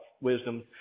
wisdom